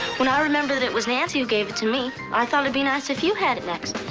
when i remembered it was nancy who gave it to me i thought it'd be nice if you had it next.